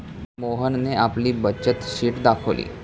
मोहनने आपली बचत शीट दाखवली